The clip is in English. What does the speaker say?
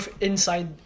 inside